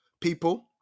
people